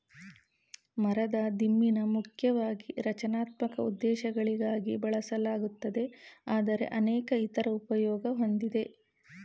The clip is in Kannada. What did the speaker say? ಮರದ ದಿಮ್ಮಿನ ಮುಖ್ಯವಾಗಿ ರಚನಾತ್ಮಕ ಉದ್ದೇಶಗಳಿಗಾಗಿ ಬಳಸಲಾಗುತ್ತದೆ ಆದರೆ ಅನೇಕ ಇತರ ಉಪಯೋಗ ಹೊಂದಿದೆ